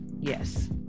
yes